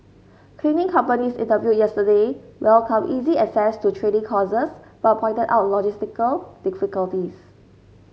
cleaning companies interviewed yesterday welcomed easy access to training courses but pointed out logistical difficulties